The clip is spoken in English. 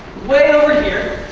way over here,